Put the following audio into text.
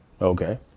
okay